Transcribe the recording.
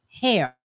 hair